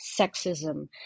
sexism